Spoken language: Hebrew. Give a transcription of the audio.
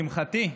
לשמחתי,